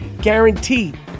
guaranteed